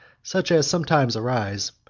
such as sometimes arise,